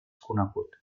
conegut